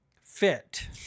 fit